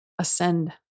ascend